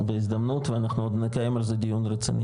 בהזדמנות ואנחנו עוד נקיים על זה דיון רציני,